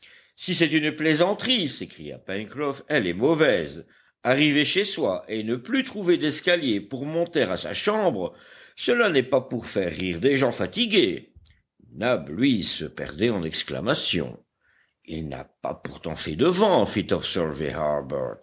si c'est une plaisanterie s'écria pencroff elle est mauvaise arriver chez soi et ne plus trouver d'escalier pour monter à sa chambre cela n'est pas pour faire rire des gens fatigués nab lui se perdait en exclamations il n'a pas pourtant fait de vent